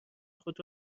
خود